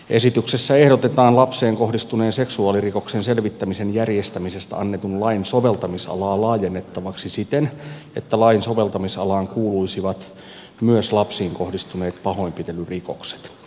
esityksessä ehdotetaan lapseen kohdistuneen seksuaalirikoksen selvittämisen järjestämisestä annetun lain soveltamisalaa laajennettavaksi siten että lain soveltamisalaan kuuluisivat myös lapsiin kohdistuneet pahoinpitelyrikokset